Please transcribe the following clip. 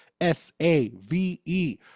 S-A-V-E